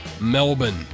Melbourne